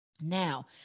Now